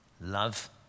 Love